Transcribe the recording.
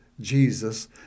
Jesus